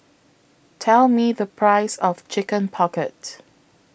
Tell Me The Price of Chicken Pocket